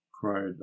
cried